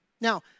Now